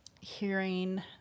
hearing